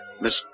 Miss